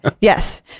Yes